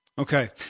Okay